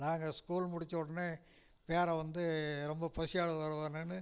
நாங்கள் ஸ்கூல் முடித்த உடனே பேரன் வந்து ரொம்பப் பசியால் வருவாங்கன்னு